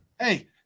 Hey